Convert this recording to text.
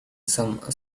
some